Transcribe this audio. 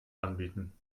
anbieten